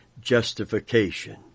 justification